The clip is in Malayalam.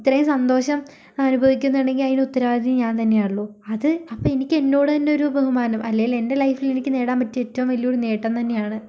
ഇത്രയും സന്തോഷം അനുഭവിക്കുന്നുണ്ടെങ്കിൽ അതിന് ഉത്തരവാദി ഞാൻ തന്നെയാണല്ലോ അത് അപ്പോൾ എനിക്ക് എന്നോട് തന്നെ ഒരു ബഹുമാനം അല്ലെങ്കിൽ എൻ്റെ ലൈഫിൽ എനിക്ക് നേടാൻ പറ്റിയ ഏറ്റവും വലിയ ഒരു നേട്ടം തന്നെയാണ്